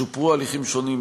שופרו הליכים שונים,